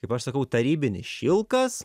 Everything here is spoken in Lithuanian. kaip aš sakau tarybinis šilkas